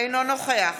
אינו נוכח